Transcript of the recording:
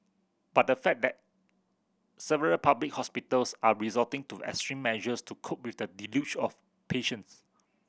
but the fact that several public hospitals are resorting to extreme measures to cope with the deluge of patients